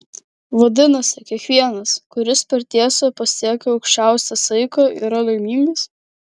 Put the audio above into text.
vadinasi kiekvienas kuris per tiesą pasiekia aukščiausią saiką yra laimingas